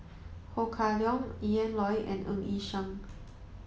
Ho Kah Leong Ian Loy and Ng Yi Sheng